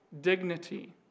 dignity